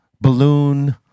Balloon